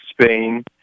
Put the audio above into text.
Spain